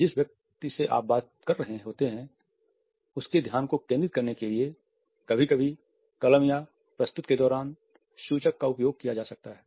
जिस व्यक्ति आप बातचीत कर रहे होते हैं उसके ध्यान को नियंत्रित करने के लिए कभी कभी कलम या प्रस्तुति के दौरान सूचक का उपयोग किया जा सकता है